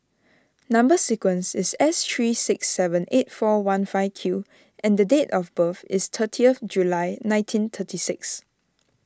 Number Sequence is S three six seven eight four one five Q and date of birth is thirtieth July nineteen thirty six